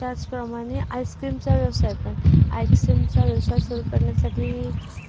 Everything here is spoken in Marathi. त्याचप्रमाणे आईस्क्रीमचा व्यवसाय पण आईस्क्रीमचा व्यवसाय सुरु करण्यासाठी